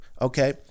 okay